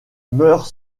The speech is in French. meurt